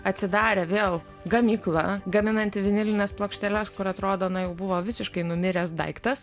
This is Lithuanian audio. atsidarė vėl gamykla gaminanti vinilines plokšteles kur atrodo na jau buvo visiškai numiręs daiktas